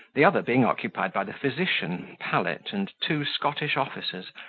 the other being occupied by the physician, pallet, and two scottish officers,